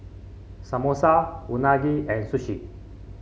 Samosa Unagi and Sushi